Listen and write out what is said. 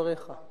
בשאלה